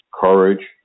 courage